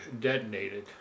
detonated